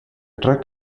drug